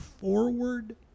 forward